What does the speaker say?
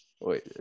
wait